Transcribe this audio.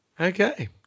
Okay